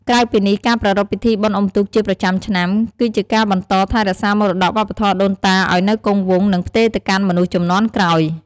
ក្រៅពីនេះការប្រារព្ធពិធីបុណ្យអុំទូកជាប្រចាំឆ្នាំ គឺជាការបន្តថែរក្សាមរតកវប្បធម៌ដូនតាឱ្យនៅគង់វង្ស និងផ្ទេរទៅកាន់មនុស្សជំនាន់ក្រោយ។